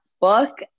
book